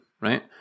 right